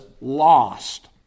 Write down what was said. lost